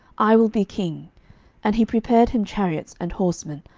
i will be king and he prepared him chariots and horsemen,